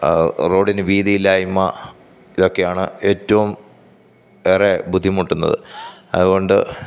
റോഡിനു വീതി ഇല്ലായ്മ ഇതൊക്കെയാണ് ഏറ്റവും ഏറെ ബുദ്ധിമുട്ടുന്നത് അതുകൊണ്ട്